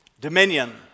dominion